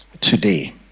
today